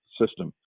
system